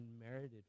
unmerited